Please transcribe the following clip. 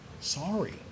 sorry